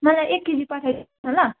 मलाई एक केजी पठाइदिनुहोस् न ल